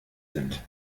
sind